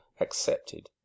accepted